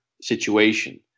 situation